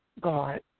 God